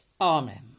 Amen